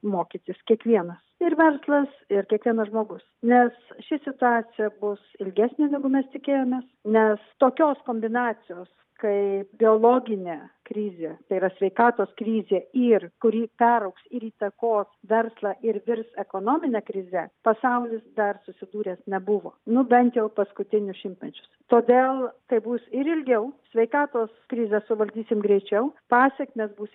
mokytis kiekvienas ir verslas ir kiekvienas žmogus nes ši situacija bus ilgesnė negu mes tikėjomės nes tokios kombinacijos kai biologinė krizė tai yra sveikatos krizė ir kuri peraugs ir įtakos verslą ir virs ekonomine krize pasaulis dar susidūręs nebuvo nu bent jau paskutinius šimtmečius todėl tai bus ir ilgiau sveikatos krizę suvaldysim greičiau pasekmės bus